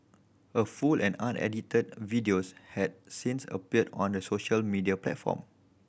a full and unedited videos had since appeared on the social media platform